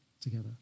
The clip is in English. together